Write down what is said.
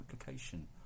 application